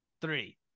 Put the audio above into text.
three